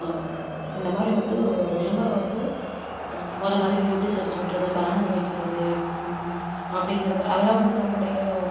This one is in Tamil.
இந்த மாதிரி வந்து விளம்பரம் வந்து மொதல் மாதிரி நோட்டீஸ் அடிச்சு ஒட்டுறது பேனர் வைக்கிறது அப்படிங்கிறது அதெல்லாம் வந்து ரொம்ப டிலே ஆகும்